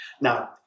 Now